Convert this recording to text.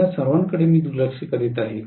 या सर्वांकडे मी दुर्लक्ष करीत आहे